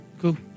Cool